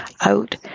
out